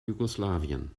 jugoslawien